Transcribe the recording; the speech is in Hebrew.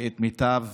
את מיטב,